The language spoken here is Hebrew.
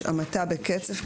המתה בקצף,